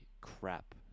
crap